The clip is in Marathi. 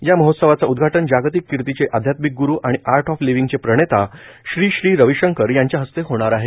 या महोत्सवाचं उद्घाटन जागतिक कीर्तीचे आधात्मिक गुरू आणि आर्ट ऑफ लिव्हींगचे प्रणेता श्री श्री रविशंकर यांच्या हस्ते होणार आहे